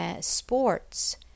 sports